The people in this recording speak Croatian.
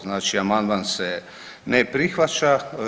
Znači amandman se ne prihvaća.